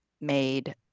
made